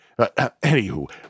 Anywho